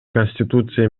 конституция